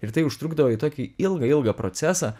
ir tai užtrukdavo į tokį ilgą ilgą procesą